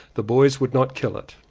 the boys would not kill it.